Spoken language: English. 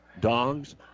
Dogs